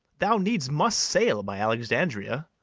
thou needs must sail by alexandria.